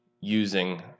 using